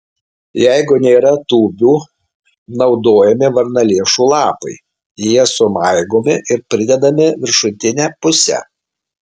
jeigu nėra tūbių naudojami varnalėšų lapai jie sumaigomi ir pridedami viršutine puse